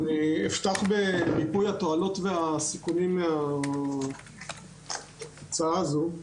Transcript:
אפתח במיפוי התועלות והסיכונים מההצעה הזו.